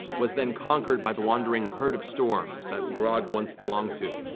was then conquered by the wandering herd of storms that grog once belonged to.